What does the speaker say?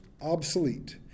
obsolete